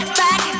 back